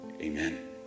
Amen